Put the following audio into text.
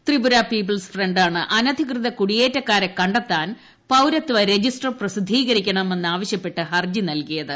Tripura people's ഫ്രണ്ടാണ് അനധികൃത കുടിയേറ്റക്കാരെ കണ്ടെത്താൻ പൌരത്വ രജിസ്റ്റർ പ്രസിദ്ധീകരിക്കണമെന്നാവശൃപ്പെട്ട് ഹർജി നൽകിയത്